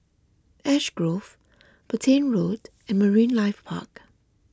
Ash Grove Petain Road and Marine Life Park